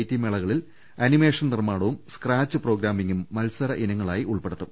T മേളകളിൽ animation നിർമ്മാണവും Scratch പ്രോഗ്രാമിംഗും മത്സര ഇനങ്ങളായി ഉൾപ്പെ ടുത്തും